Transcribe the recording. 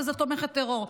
וזה תומכת טרור,